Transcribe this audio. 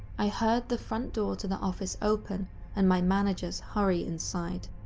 i heard the front door to the office open and my managers hurry inside.